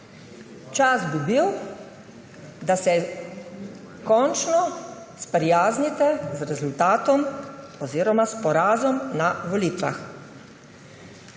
Čas bi bil, da se končno sprijaznite z rezultatom oziroma s porazom na volitvah.